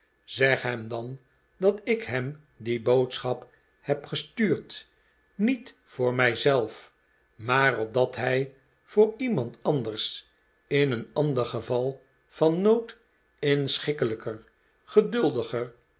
zeg hem dan dat ik hem die boodschap heb ge stuurd niet voor mij zelf maar opdat hij voor iemand anders in een ander geval van nood inschikkelijker geduldiger